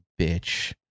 bitch